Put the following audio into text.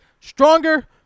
stronger